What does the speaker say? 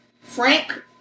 Frank